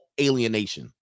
alienation